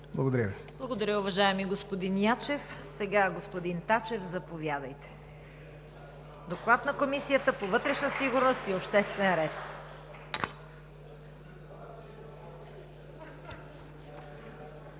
Благодаря Ви, уважаеми господин Ячев. Сега, господин Тачев, заповядайте за Доклада на Комисията по вътрешна сигурност и обществен ред.